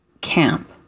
camp